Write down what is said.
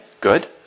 good